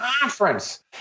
conference